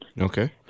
okay